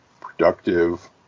productive